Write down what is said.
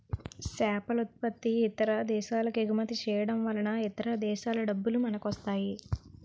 సేపలుత్పత్తి ఇతర దేశాలకెగుమతి చేయడంవలన ఇతర దేశాల డబ్బులు మనకొస్తాయి